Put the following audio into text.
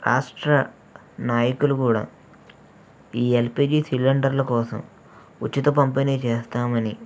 రాష్ట్ర నాయకులు కూడా ఈ ఎల్పిజి సిలిండర్ల కోసం ఉచిత పంపిణీ చేస్తామని